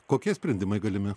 kokie sprendimai galimi